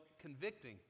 convicting